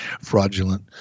fraudulent